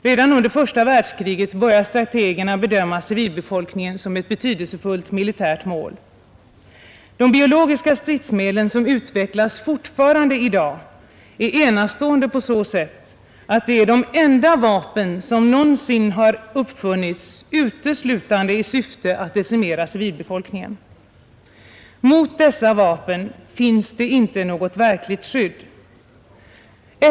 Redan under första världskriget började strategerna bedöma civilbefolkningen som ett betydelsefullt militärt mål. De biologiska stridsmedlen som utvecklas fortfarande i dag är enastående på så sätt att de är de enda vapen som någonsin har uppfunnits uteslutande i syfte att decimera civilbefolkningen. Mot dessa vapen finns det inte något verkligt skydd.